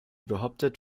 behauptet